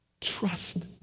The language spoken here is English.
trust